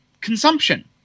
consumption